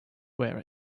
wear